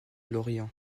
lorient